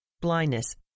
blindness